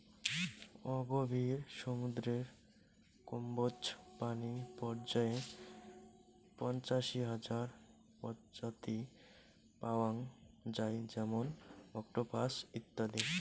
অগভীর সমুদ্রের কম্বোজ প্রাণী পর্যায়ে পঁচাশি হাজার প্রজাতি পাওয়াং যাই যেমন অক্টোপাস ইত্যাদি